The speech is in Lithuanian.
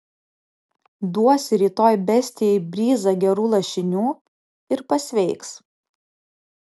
duosi rytoj bestijai bryzą gerų lašinių ir pasveiks